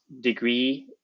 degree